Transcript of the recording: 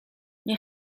nie